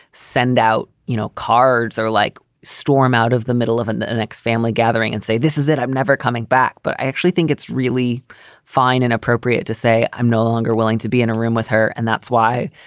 send out, you know, cards or like storm out of the middle of and next family gathering and say, this is it. i'm never coming back. but i actually think it's really fine and appropriate to say i'm no longer willing to be in a room with her. and that's why,